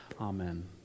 amen